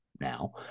now